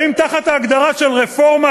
האם תחת ההגדרה רפורמה,